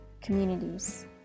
communities